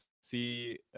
see